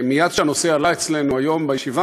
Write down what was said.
מייד כשהנושא עלה אצלנו היום בישיבה,